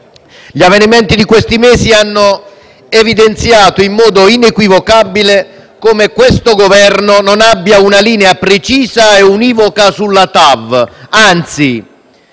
gli avvenimenti dei mesi passati hanno evidenziato in modo inequivocabile come il Governo non abbia una linea precisa e univoca sul progetto TAV, anzi